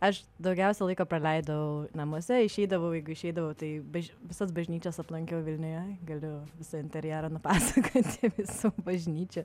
aš daugiausia laiko praleidau namuose išeidavau jeigu išeidavo tai baž visas bažnyčias aplankiau vilniuje galiu visą interjerą nupasakoti su bažnyčia